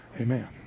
Amen